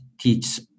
teach